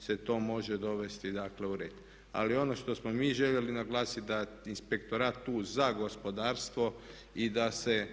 se to može dovesti dakle u red. Ali ono što smo mi željeli naglasiti da inspektorat tu za gospodarstvo i da se